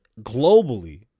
globally